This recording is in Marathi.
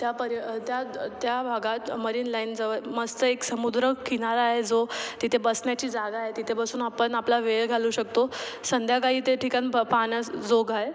त्या पर्य त्या त्या भागात मरीन लाईनजवळ मस्त एक समुद्र किनारा आहे जो तिथे बसण्याची जागा आहे तिथे बसून आपण आपला वेळ घालवू शकतो संध्याकाळी ते ठिकाण पा पाहण्याजोगं आहे